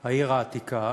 העיר העתיקה,